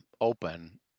open